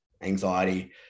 anxiety